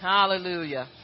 Hallelujah